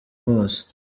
bose